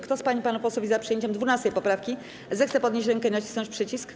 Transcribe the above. Kto z pań i panów posłów jest za przyjęciem 12. poprawki, zechce podnieść rękę i nacisnąć przycisk.